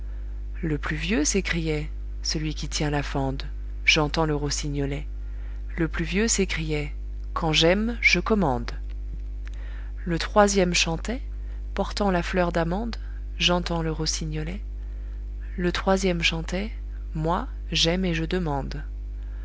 le plus vieux s'écriait celui qui tient la fende j'entends le rossignolet le plus vieux s'écriait quand j'aime je commande le troisième chantait portant la fleur d'amande j'entends le rossignolet le troisième chantait moi j'aime et je demande